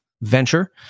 venture